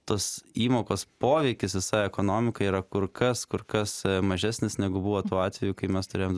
tos įmokos poveikis visai ekonomikai yra kur kas kur kas mažesnis negu buvo tuo atveju kai mes turėjom